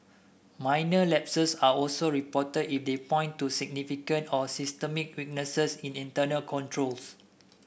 minor lapses are also reported if they point to significant or systemic weaknesses in internal controls